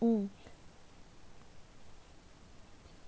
mm